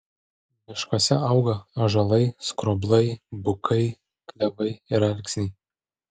miškuose auga ąžuolai skroblai bukai klevai ir alksniai